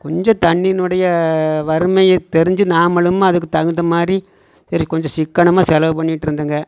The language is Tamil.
கொஞ்சம் தண்ணியினுடைய வறுமையை தெரிஞ்சு நாமளும் அதுக்கு தகுந்தமாதிரி இருக்க கொஞ்சம் சிக்கனமாக செலவு பண்ணிகிட்டு இருந்தோங்க